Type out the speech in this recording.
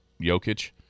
Jokic